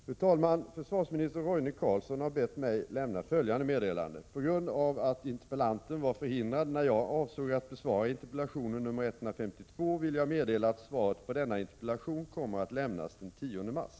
Fru talman! Försvarsminister Roine Carlsson har bett mig lämna följande meddelande: ”På grund av att interpellanten var förhindrad när jag avsåg att besvara interpellation 152 vill jag meddela att svaret på denna interpellation kommer att lämnas den 10 mars.”